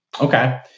Okay